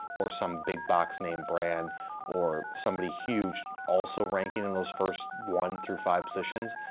or some big box name brand or somebody huge also ranking in those first one through five positions?